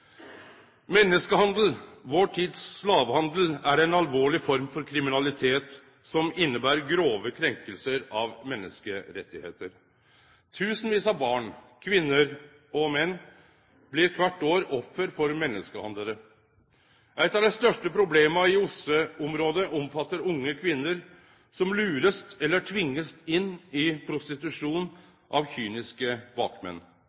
Menneskehandel, vår tids slavehandel, er ei alvorleg form for kriminalitet, som inneber grove krenkingar av menneskerettar. Tusenvis av barn, kvinner og menn blir kvart år ofre for menneskehandlarar. Eit av dei største problema i OSSE-området omfattar unge kvinner som blir lurte eller tvinga inn i prostitusjon av kyniske bakmenn.